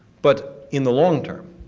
but, in the long term,